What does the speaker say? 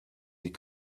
die